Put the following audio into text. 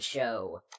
Show